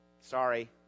Sorry